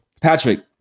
Patrick